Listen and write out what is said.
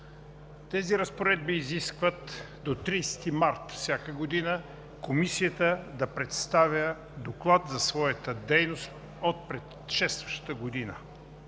Тези разпоредби изискват до 30 март всяка година Комисията да представя доклад за своята дейност от предшестващата година.